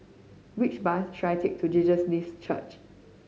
which bus should I take to Jesus Lives Church